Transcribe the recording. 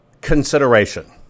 consideration